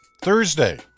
Thursday